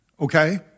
okay